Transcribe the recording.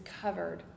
covered